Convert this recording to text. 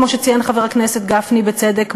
כמו שציין חבר הכנסת גפני בצדק,